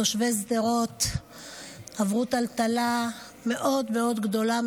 ותושבי שדרות עברו טלטלה מאוד מאוד גדולה,